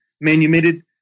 manumitted